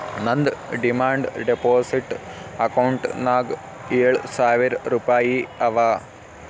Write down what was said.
ನಂದ್ demand deposit ಅಕೌಂಟ್ನಾಗ್ ಏಳ್ ಸಾವಿರ್ ರುಪಾಯಿ ಅವಾ